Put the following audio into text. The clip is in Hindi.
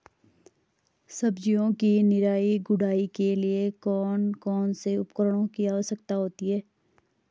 सब्जियों की निराई गुड़ाई के लिए कौन कौन से उपकरणों की आवश्यकता होती है?